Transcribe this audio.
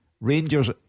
Rangers